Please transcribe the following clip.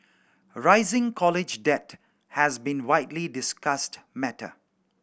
rising college debt has been widely discussed matter